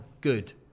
good